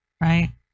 right